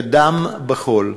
ידם בכול,